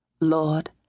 Lord